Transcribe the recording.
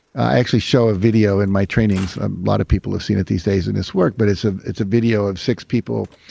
i actually show a video in my trainings. a lot of people have seen it these days in this work, but it's ah it's a video of six people.